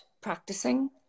practicing